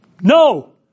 no